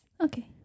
Okay